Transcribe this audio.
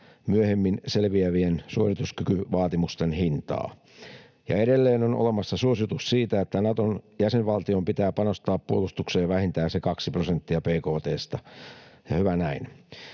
myöhemmin selviävien suorituskykyvaatimusten hintaa, ja edelleen on olemassa suositus siitä, että Naton jäsenvaltion pitää panostaa puolustukseen vähintään se kaksi prosenttia bkt:sta, ja hyvä näin.